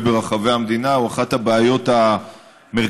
ברחבי המדינה הוא אחת הבעיות המרכזיות,